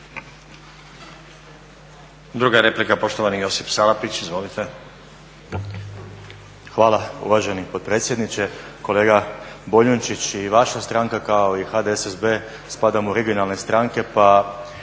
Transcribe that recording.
Druga replika, poštovani Josip Salapić. Izvolite. **Salapić, Josip (HDSSB)** Hvala uvaženi potpredsjedniče. Kolega Boljunčić i vaša stranka kao i HDSSB spadamo u regionalne stranke, pa